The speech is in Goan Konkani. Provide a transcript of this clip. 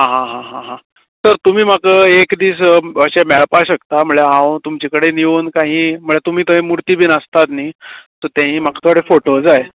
आं हां हां हां तर तुमी म्हाका एक दीस अशे मेळपा शकता म्हणल्या तुमचे कडेन येवन काही म्हणल्या तुमी थंय मुर्ति बीन आसतात न्ही सो तेय म्हाका थोडे फोटो जाय